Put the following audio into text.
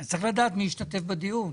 אחד,